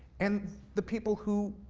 and the people who,